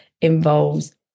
involves